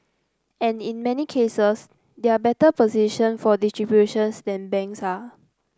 and in many cases they are better positioned for distributions than banks are